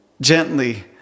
gently